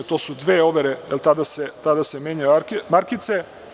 To su dve overe, jer tada se menjaju markice.